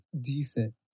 decent